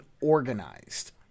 organized